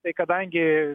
tai kadangi